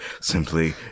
simply